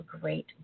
great